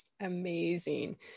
amazing